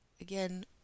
again